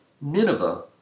Nineveh